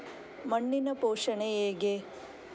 ಮಣ್ಣಿನ ಪೋಷಣೆ ಹೇಗೆ?